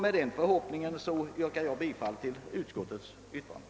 Med den förhoppningen yrkar jag bifall till utskottets hemställan.